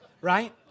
right